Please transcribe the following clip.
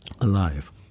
alive